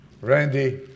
Randy